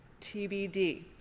TBD